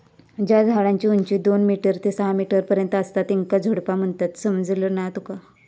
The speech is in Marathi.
ज्या झाडांची उंची दोन मीटर ते सहा मीटर पर्यंत असता त्येंका झुडपा म्हणतत, समझला ना तुका?